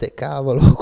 cavolo